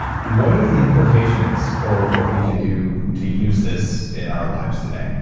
what are the implications for what we could do to use this in our lives today?